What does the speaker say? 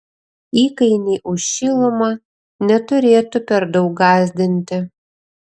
įkainiai už šilumą neturėtų per daug gąsdinti